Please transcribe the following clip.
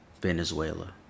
Venezuela